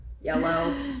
Yellow